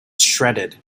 shredded